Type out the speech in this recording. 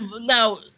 now